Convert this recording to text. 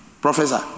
Professor